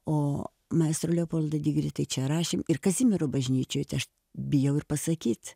o maestro leopoldą digrį tai čia rašėm ir kazimiero bažnyčioj tai aš bijau ir pasakyt